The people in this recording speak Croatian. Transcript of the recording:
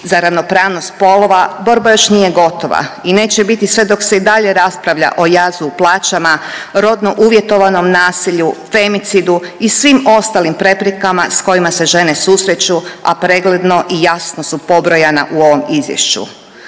za ravnopravnost spolova borba još nije gotova i neće biti sve dok se i dalje raspravlja o jazu u plaćama, rodno uvjetovanom nasilju, femicidu i svim ostalim preprekama s kojima se žene susreću, a pregledno i jasno su pobrojana u ovom izvješću.